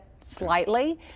slightly